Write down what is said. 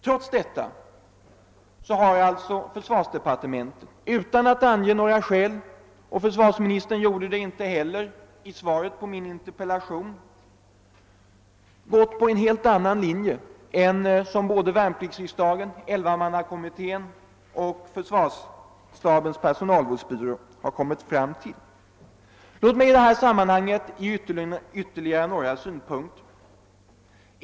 Trots detta har alltså försvarsdepartementet utan att ange några skäl — och försvarsministern gjorde det inte heller i svaret på min interpellation — gått på en helt annan linje än värnpliktsriksdagen, elvamannakommittén och försvarsstabens personalvårdsbyrå. Låt mig i detta sammanhang anföra ytterligare några synpunkter.